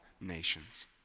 nations